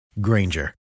Granger